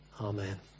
Amen